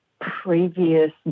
previous